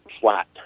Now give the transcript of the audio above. flat